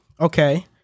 Okay